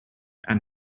and